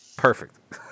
Perfect